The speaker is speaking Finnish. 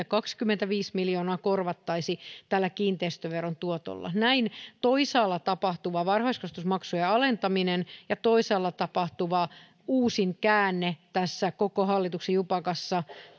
kaksikymmentäviisi miljoonaa korvattaisiin tällä kiinteistöveron tuotolla näin toisaalla tapahtuva varhaiskasvatusmaksujen alentaminen ja toisaalla tapahtuva uusin käänne tässä koko hallituksen jupakassa